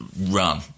run